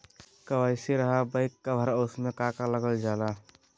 KYC रहा back cover और उसमें का का लागल जाला?